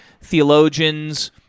theologians